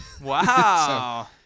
wow